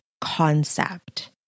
concept